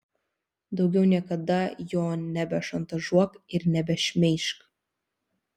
daugiau niekada jo nebešantažuok ir nebešmeižk